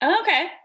Okay